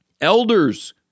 elders